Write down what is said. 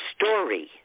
story